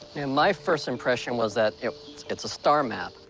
and my first impression was that it's a star map.